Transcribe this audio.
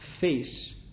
face